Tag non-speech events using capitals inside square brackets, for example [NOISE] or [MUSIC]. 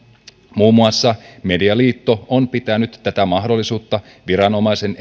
muun muassa medialiitto on pitänyt tätä mahdollisuutta viranomaisen [UNINTELLIGIBLE]